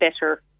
better